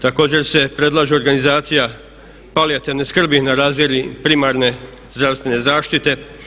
Također se predlažu organizacija palijativne skrbi na razini primarne zdravstvene zaštite.